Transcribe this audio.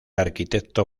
arquitecto